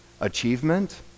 achievement